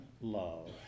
love